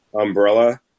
umbrella